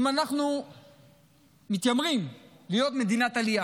אם אנחנו מתיימרים להיות מדינת עלייה,